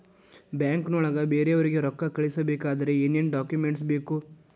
ಬ್ಯಾಂಕ್ನೊಳಗ ಬೇರೆಯವರಿಗೆ ರೊಕ್ಕ ಕಳಿಸಬೇಕಾದರೆ ಏನೇನ್ ಡಾಕುಮೆಂಟ್ಸ್ ಬೇಕು?